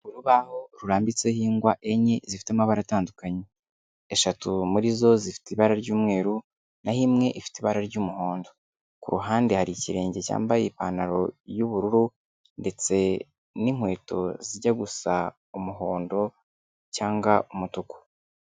Urubaho rurambitseho ingwa enye zifite amabara atandukanye. Eshatu muri zo zifite ibara ry'umweru, naho imwe ifite ibara ry'umuhondo. Ku ruhande hari ikirenge cyambaye ipantaro y'ubururu, ndetse n'inkweto zijya gusa umuhondo, cyangwa umutuku.